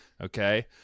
Okay